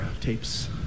tapes